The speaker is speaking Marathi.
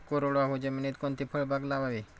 कोरडवाहू जमिनीत कोणती फळबाग लावावी?